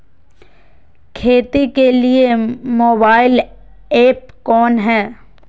खेती के लिए मोबाइल ऐप कौन है?